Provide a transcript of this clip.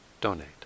donate